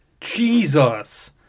Jesus